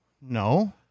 no